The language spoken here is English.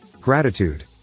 Gratitude